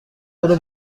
برو